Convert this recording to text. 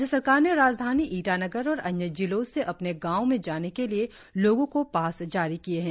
राज्य सरकार ने राजधानी ईटानगर और अन्य जिलों से अपने गांव में जाने के लिए लोगों को पास जारी किए हैं